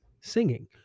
singing